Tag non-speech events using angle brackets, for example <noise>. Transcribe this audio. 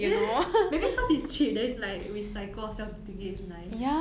<noise> maybe cause it's cheap then like we psycho ourselves into thinking that it's nice <noise>